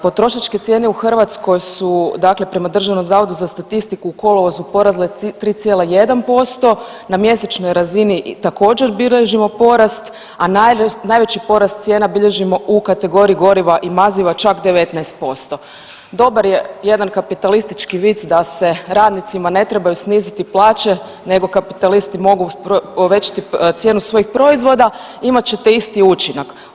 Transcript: Potrošačke cijene u Hrvatskoj su prema DZS-u u kolovozu porasle 3,1% na mjesečnoj razini također bilježimo porast, a najveći porast cijena bilježimo u kategoriji goriva i maziva čak 19% Dobar je jedan kapitalistički vic da se radnicima ne trebaju sniziti plaće nego kapitalisti mogu povećati cijenu svojih proizvoda, imat ćete isti učinak.